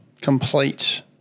complete